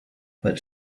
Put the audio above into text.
but